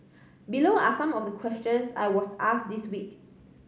below are some of the questions I was asked this week